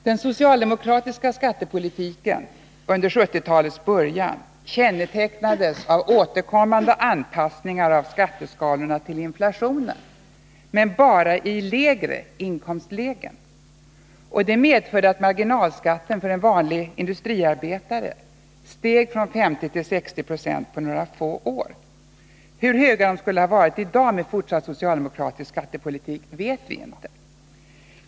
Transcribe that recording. Den socialdemokratiska skattepolitiken under 1970-talets början kännetecknades av återkommande anpassningar av skatteskalorna till inflationen, men bara i lägre inkomstlägen. Detta medförde att marginalskatten för vanliga industriarbetare steg från 50 till 60 70 på några få år. Hur höga de skulle ha varit i dag med fortsatt socialdemokratisk skattepolitik vet vi inte.